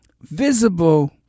visible